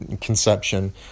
conception